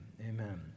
amen